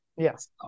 Yes